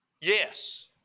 Yes